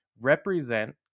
represent